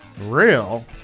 real